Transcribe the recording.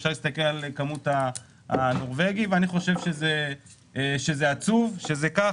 אפשר להסתכל על כמות הנורבגי ואני חושב שזה עצוב שזה כך.